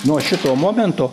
nuo šito momento